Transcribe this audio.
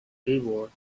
keyboard